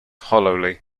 hollowly